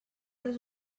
les